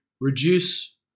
reduce